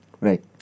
Right